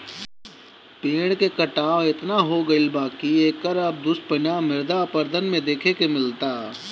पेड़ के कटाव एतना हो गईल बा की एकर अब दुष्परिणाम मृदा अपरदन में देखे के मिलता